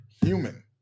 human